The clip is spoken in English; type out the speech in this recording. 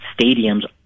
stadiums